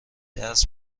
درس